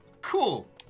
Cool